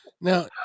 Now